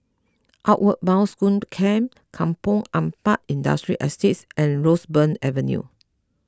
Outward Bound School Camp Kampong Ampat Industrial Estate and Roseburn Avenue